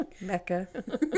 Mecca